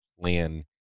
plan